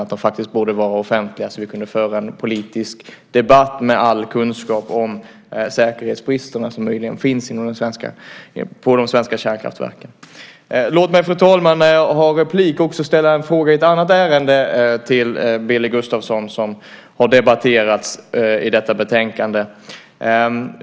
De borde faktiskt vara offentliga så att vi kunde föra en politisk debatt med all kunskap om säkerhetsbristerna, som möjligen finns på de svenska kärnkraftverken. Låt mig, fru talman, när jag har replik också ställa en fråga till Billy Gustafsson i ett annat ärende som har debatterats när det gäller detta betänkande.